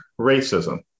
racism